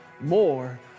more